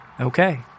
Okay